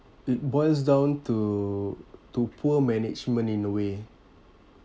it boils down to to poor management in a way